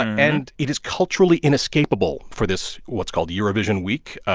and it is culturally inescapable for this what's called the eurovision week.